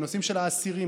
בנושאים של האסירים,